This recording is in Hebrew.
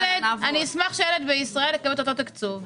אני אשמח שילד בישראל יקבל את אותו תקצוב.